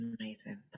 amazing